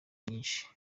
nyinshi